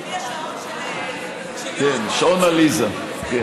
לפי השעון של יו"ר הקואליציה.